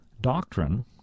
Doctrine